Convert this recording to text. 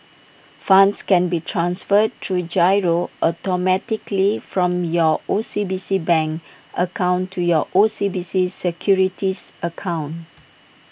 funds can be transferred through GIRO automatically from your O C B C bank account to your O C B C securities account